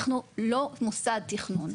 אנחנו לא מוסד תכנון,